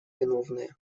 виновные